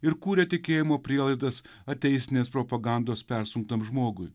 ir kūrė tikėjimo prielaidas ateistinės propagandos persunktam žmogui